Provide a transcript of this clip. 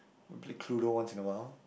we'll play Cluedo once in a while